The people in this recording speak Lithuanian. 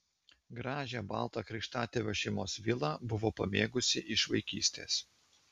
gražią baltą krikštatėvio šeimos vilą buvo pamėgusi iš vaikystės